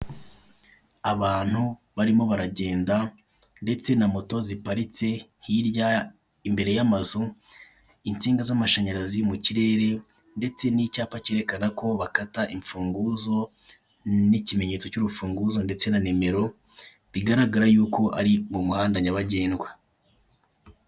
Abantu baraimo baragenda ndetse na moto ziparitse hirya imbere y'amazu, insinga z'amashanyarazi mu kirere ndetse n'icyapa kerekana ko bakata imfunguzo n'ikimenyetso cy'urufunguzo ndetse na nimero bigaragara yuko ari mu muhanda nyabagendwa.